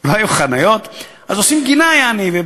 לא היו חניות, אז עושים גינה, יעני.